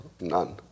none